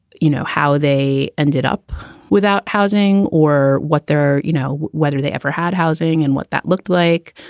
you know, how they ended up without housing or what there are, you know, whether they ever had housing and what that looked like.